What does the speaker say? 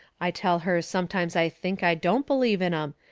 i tell her sometimes i think i don't believe in em,